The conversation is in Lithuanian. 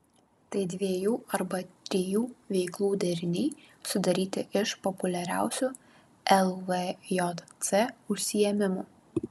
tai dviejų arba trijų veiklų deriniai sudaryti iš populiariausių lvjc užsiėmimų